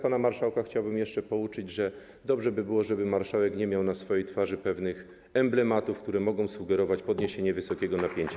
Pana marszałka chciałbym jeszcze pouczyć, że dobrze by było, żeby marszałek nie miał na twarzy pewnych emblematów, które mogą sugerować podniesienie wysokiego napięcia.